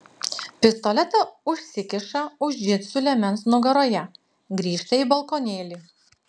pistoletą užsikiša už džinsų liemens nugaroje grįžta į balkonėlį